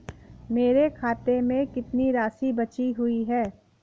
मेरे खाते में कितनी राशि बची हुई है?